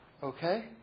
Okay